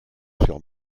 sur